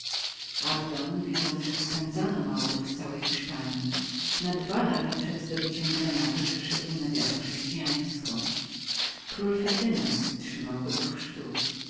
abdona abdon widząc że wypędzano maurów z całej hiszpanji na dwa lata przed zdobyciem grenady przeszedł na wiarę chrześcijańską król ferdynand trzymał go do chrztu